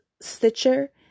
Stitcher